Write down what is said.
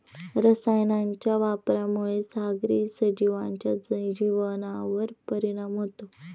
रसायनांच्या वापरामुळे सागरी सजीवांच्या जीवनावर परिणाम होतो